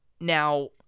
Now